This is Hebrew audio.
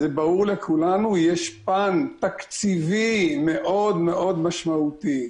זה ברור לכולנו, יש פן תקציבי מאוד משמעותי.